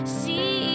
see